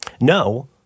no